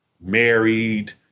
married